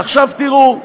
עכשיו תראו,